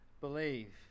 believe